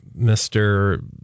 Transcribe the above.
Mr